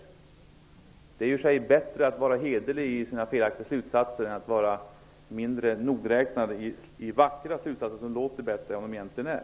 Det är i och för sig bättre att vara hederlig i sina felaktiga slutsatser än att vara mindre nogräknad i vackra slutsatser som låter bättre än de egentligen är.